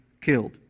killed